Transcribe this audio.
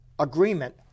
agreement